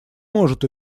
может